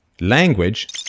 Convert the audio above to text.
language